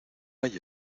hay